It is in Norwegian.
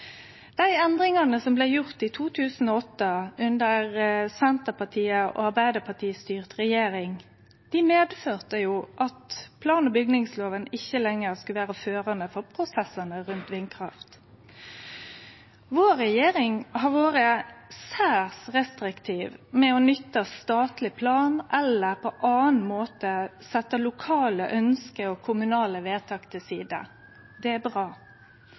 Dei endringane som blei gjort i 2008, under Senterpartiet og Arbeidarpartiet si regjering, medførte at plan- og bygningsloven ikkje lenger skulle vere førande for prosessane rundt vindkraft. Vår regjering har vore særs restriktiv med å nytte statleg plan eller på annan måte setje lokale ønske og kommunale vedtak til side. Det er bra.